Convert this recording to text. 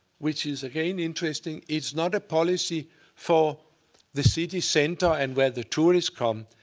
which is again interesting, it's not a policy for the city center and where the tourists come.